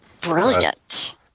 Brilliant